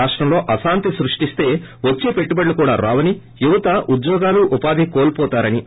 రాష్టంలో అశాంతి సృష్టిస్తే వచ్చే పెట్టుబడులు కూడా రావని యువతకు ఉద్యోగాలు ఉపాధి కోల్పోతారనీ ఆయన చెప్పారు